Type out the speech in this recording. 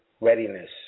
readiness